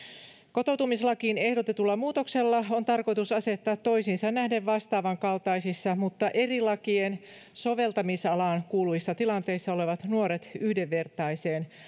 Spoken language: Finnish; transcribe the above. kotoutumislakiin ehdotetulla muutoksella on tarkoitus asettaa toisiinsa nähden vastaavan kaltaisissa mutta eri lakien soveltamisalaan kuuluvissa tilanteissa olevat nuoret yhdenvertaiseen